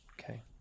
Okay